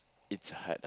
it's hard